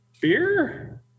Beer